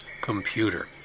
computer